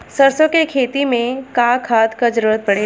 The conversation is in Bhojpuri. सरसो के खेती में का खाद क जरूरत पड़ेला?